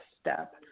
step